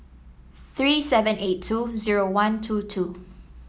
three seven eight two zero one two two